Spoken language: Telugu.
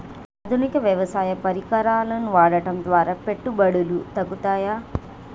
ఆధునిక వ్యవసాయ పరికరాలను వాడటం ద్వారా పెట్టుబడులు తగ్గుతయ?